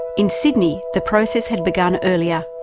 in sydney the process had begun earlier,